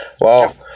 Wow